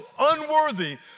unworthy